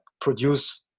produce